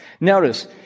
Notice